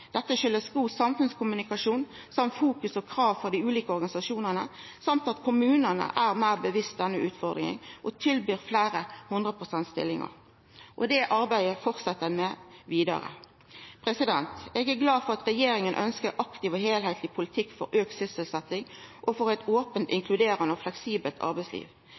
Dette kjem av god samfunnskommunikasjon, at dei ulike organisasjonane har fokusert på dette og stilt krav, og at kommunane er meir bevisste på denne utfordringa og tilbyr fleire 100 pst.-stillingar. Det arbeider fortset ein med vidare. Eg er glad for at regjeringa ønskjer ein aktiv og heilskapleg politikk for auka sysselsetjing og eit ope, inkluderande og fleksibelt arbeidsliv.